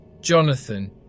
Jonathan